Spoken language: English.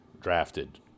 drafted